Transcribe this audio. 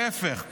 להפך,